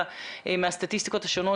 חוסר ודאות